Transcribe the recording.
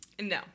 no